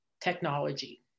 technology